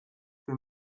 für